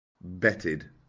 Betted